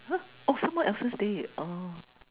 ya oh someone else's day uh